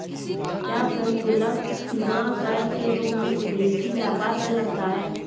क्या प्रशुल्क सीमा कर के रूप में विदेशी व्यापार पर लगता है?